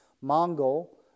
Mongol